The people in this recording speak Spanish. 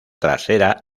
trasera